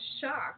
shocked